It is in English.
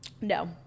No